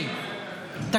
זה נגדך, מה שאתה עושה.